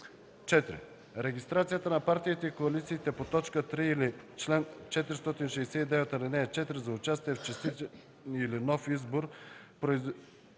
4. регистрацията на партиите и коалициите по т. 3 или чл. 469, ал. 4 за участие в частичен или нов избор,